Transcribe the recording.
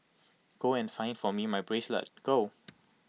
go and find for me my bracelet go